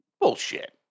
Bullshit